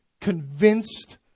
convinced